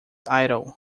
idle